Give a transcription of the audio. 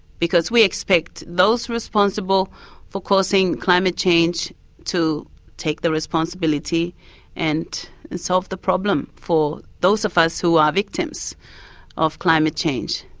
because we expect those responsible for causing climate change to take the responsibility and solve the problem for those of us who are victims of climate change.